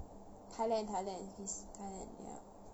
thailand thailand is thailand ya